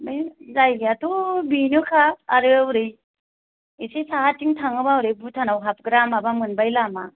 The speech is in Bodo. बै जायगायाथ' बेबोखा आरो हरै एसे साहाथिं थाङोबा हरै भुटानाव हाबग्रा माबा मोनबाय लामा